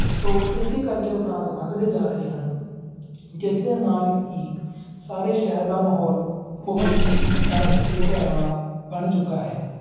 ਸੋ ਇਸ ਕਰਕੇ ਅਪਰਾਧ ਵੱਧਦੇ ਜਾ ਰਹੇ ਹਨ ਜਿਸ ਦੇ ਨਾਲ ਹੀ ਸਾਰੇ ਸ਼ਹਿਰ ਦਾ ਮਾਹੌਲ ਬਹੁਤ ਹੀ ਡਰ ਅਤੇ ਭੈਅ ਵਾਲਾ ਬਣ ਚੁੱਕਾ ਹੈ